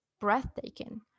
breathtaking